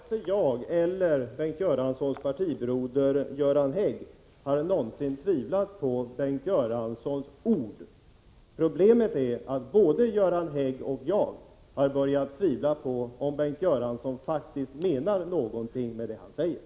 Herr talman! Varken jag eller Bengt Göranssons partibroder Göran Hägg hade någonsin tvivlat på Bengt Göranssons ord. Problemet är att både Göran Hägg och jag har börjat tvivla på om Bengt Göransson faktiskt menar någonting med det han säger.